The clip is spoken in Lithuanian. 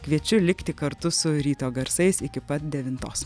kviečiu likti kartu su ryto garsais iki pat devintos